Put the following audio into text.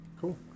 Cool